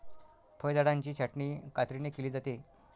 फळझाडांची छाटणी कात्रीने केली जाते